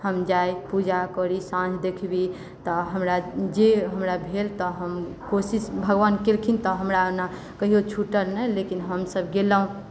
हम जाइ पूजा करी साँझ देखाबी तऽ हमरा जे हमरा भेल तऽ हम कोशिश भगवान केलखिन तऽ हमरा एना कहियो छुटल नहि लेकिन हम सभ गेलहुँ